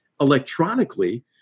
electronically